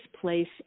place